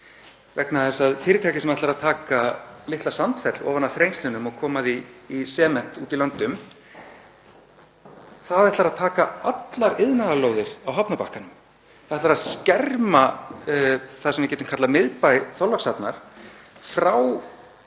vegna þess að fyrirtæki ætlar að taka litla Sandfell ofan af Þrengslunum og koma því í sement úti í löndum, ætlar að taka allar iðnaðarlóðir á hafnarbakkanum, það ætlar að skerma það af sem við getum kallað miðbæ Þorlákshafnar frá